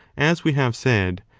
as we have said,